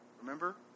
Remember